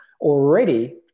Already